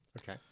Okay